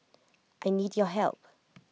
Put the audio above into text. I need your help